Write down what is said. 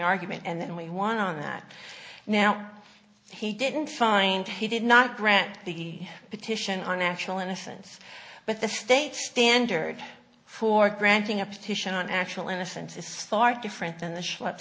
argument and we won on that now he didn't find he did not grant the petition on actual innocence but the state's standard for granting a petition on actual innocence is far different than the s